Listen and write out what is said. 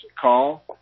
call